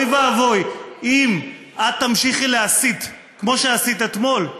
אם את תמשיכי להסית כמו שעשית אתמול.